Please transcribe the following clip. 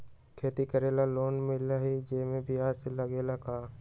खेती करे ला लोन मिलहई जे में ब्याज न लगेला का?